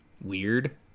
weird